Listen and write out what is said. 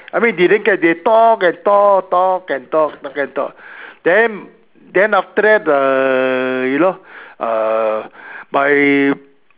I mean they didn't get they talk and talk talk and talk talk and talk then then after that uh you know err my